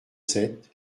sept